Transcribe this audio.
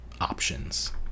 options